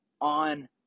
on